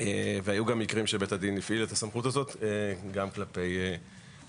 והיו גם מקרים שבית הדין הפעיל את הסמכות הזאת גם כלפי המשטרה.